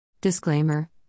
Disclaimer